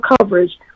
coverage